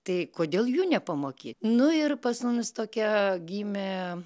tai kodėl jų nepamokyt nu ir pas mumis tokia gimė